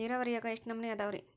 ನೇರಾವರಿಯಾಗ ಎಷ್ಟ ನಮೂನಿ ಅದಾವ್ರೇ?